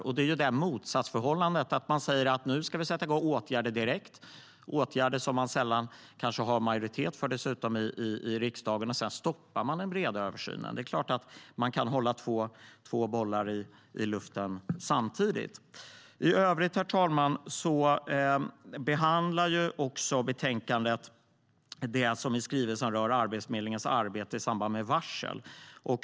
Det handlar om det motsatsförhållandet. Man säger: Nu ska vi sätta igång åtgärder direkt. Det är åtgärder som man kanske sällan har majoritet för i riksdagen. Sedan stoppar man den breda översynen. Det är klart att man kan hålla två bollar i luften samtidigt. Herr talman! I övrigt behandlar betänkandet det som i skrivelsen rör Arbetsförmedlingen arbete i samband med varsel.